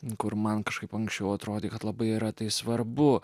kur man kažkaip anksčiau atrodė kad labai yra tai svarbu